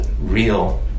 real